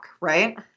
Right